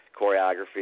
Choreography